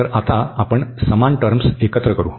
तर आता आपण समान टर्म्स एकत्र करू